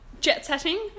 jet-setting